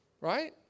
right